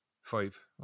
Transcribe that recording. Five